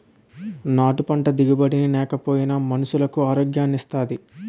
నాటు పంట దిగుబడి నేకపోయినా మనుసులకు ఆరోగ్యాన్ని ఇత్తాది